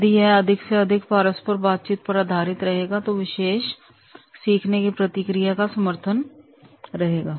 यदि यह अधिक से अधिक पारसपर बातचीत पर आधारित रहेगा तो विशेष सीखने की प्रतिक्रिया का समर्थन रहेगा